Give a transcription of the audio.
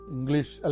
English